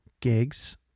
gigs